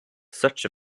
such